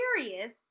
curious